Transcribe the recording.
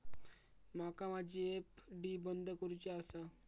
माका माझी एफ.डी बंद करुची आसा